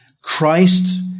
Christ